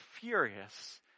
furious